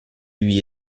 lui